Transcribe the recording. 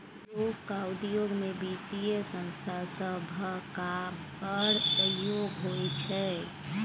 लोकक उद्योग मे बित्तीय संस्था सभक बड़ सहयोग होइ छै